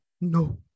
no